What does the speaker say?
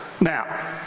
Now